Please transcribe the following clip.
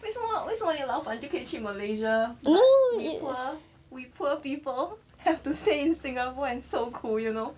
为什么为什么你的老板就可以去 malaysia but we poor we poor people have to stay in singapore and 受苦 you know